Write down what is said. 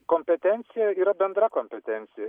kompetencija yra bendra kompetencija